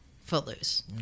footloose